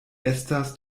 estas